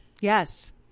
Yes